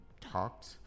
talked